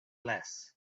less